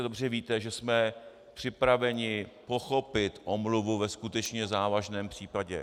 Dobře víte, že jsme připraveni pochopit omluvu ve skutečně závažném případě.